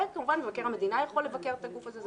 וכמובן מבקר המדינה יכו לבקר את הגוף הזה.